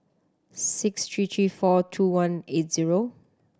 six three three four two one eight zero